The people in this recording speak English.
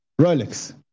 Rolex